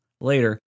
Later